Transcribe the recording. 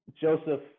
Joseph